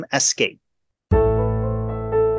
escape